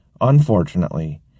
Unfortunately